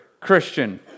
Christian